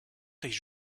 durch